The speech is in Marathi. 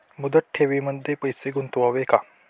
मुदत ठेवींमध्ये पैसे गुंतवावे का?